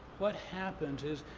what happens is,